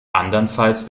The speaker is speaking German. andernfalls